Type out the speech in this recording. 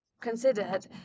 considered